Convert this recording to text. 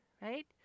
right